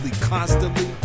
constantly